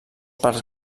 parcs